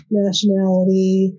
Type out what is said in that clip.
nationality